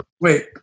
wait